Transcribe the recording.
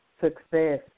success